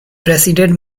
president